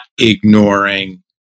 ignoring